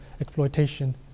exploitation